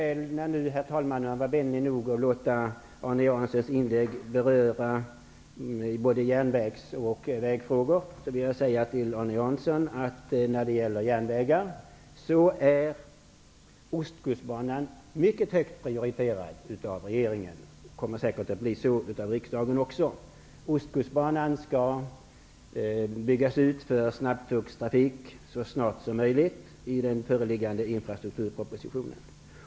När nu herr talmannen var vänlig nog att låta Arne Janssons inlägg beröra både järnvägs och vägfrågor vill jag också säga till Arne Jansson när det gäller järnvägar att ostkustbanan är mycket högt prioriterad av regeringen och säkert också kommer att bli så av riksdagen. Ostkustbanan skall enligt den föreliggande infrastrukturpropositionen så snart som möjligt byggas ut för snabbtågstrafik.